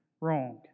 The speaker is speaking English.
wrong